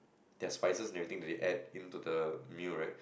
their spices and everything they add into the meal right